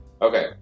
Okay